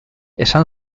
esan